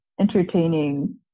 entertaining